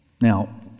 Now